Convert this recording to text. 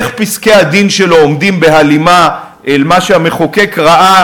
איך פסקי-הדין שלו עומדים בהלימה אל מה שהמחוקק ראה